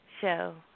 show